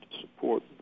support